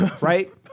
right